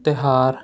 ਤਿਉਹਾਰ